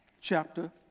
chapter